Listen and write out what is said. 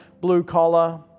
Blue-collar